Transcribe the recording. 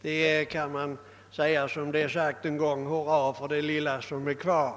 Med tanke på herr Trana skulle man kunna säga: Hurra för det lilla som är kvar!